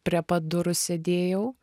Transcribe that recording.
prie pat durų sėdėjau